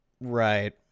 Right